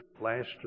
last